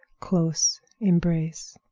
close embrace.